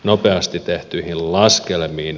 nopeasti tehtyihin laskelmiin